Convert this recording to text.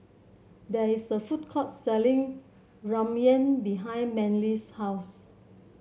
there is a food court selling Ramyeon behind Manley's house